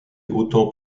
autant